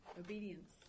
obedience